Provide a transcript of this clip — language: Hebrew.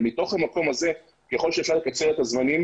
מתוך המקום הזה ככל שאפשר לקצר את הזמנים,